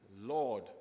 Lord